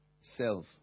self